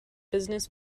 business